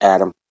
Adam